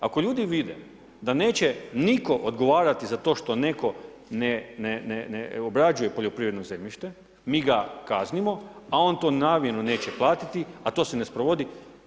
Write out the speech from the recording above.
Ako ljudi vide da neće nitko odgovarati za to što netko ne obrađuje poljoprivredno zemljište, mi ga kaznimo, a on to namjerno neće platiti, a to se ne sprovodi.